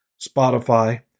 Spotify